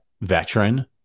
veteran